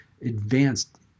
advanced